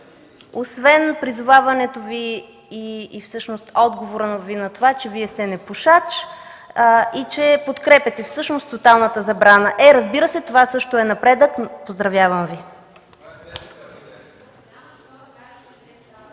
освен призоваването Ви и всъщност отговорът Ви на това, че Вие сте непушач и че подкрепяте всъщност тоталната забрана. Е, разбира се, това също е напредък. Поздравявам Ви.